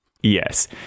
Yes